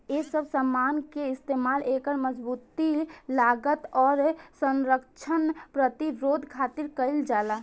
ए सब समान के इस्तमाल एकर मजबूती, लागत, आउर संरक्षण प्रतिरोध खातिर कईल जाला